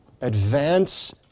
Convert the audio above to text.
advance